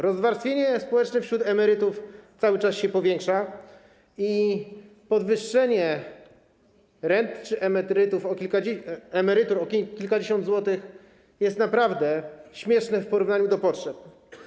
Rozwarstwienie społeczne wśród emerytów cały czas się powiększa i podwyższenie rent czy emerytur o kilkadziesiąt złotych jest naprawdę śmieszne w porównaniu do potrzeb.